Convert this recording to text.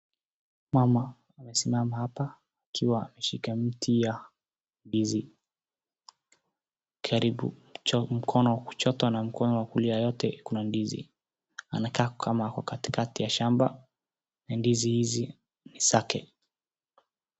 Mama amesimama hapa akiwa ameshika mti wa ndizi, mkono wa kulia wote uko na ndizi. Anakaa kama ako katikati ya shamba na ndizi hizi ni zake.